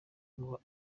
ngo